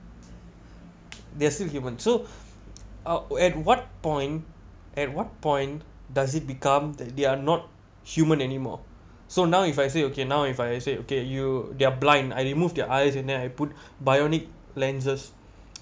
they are still human so out at what point at what point does it become that they are not human anymore so now if I say okay now if I say okay you they're blind I remove their eyes and then I put bionic lenses